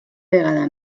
vegada